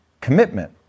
commitment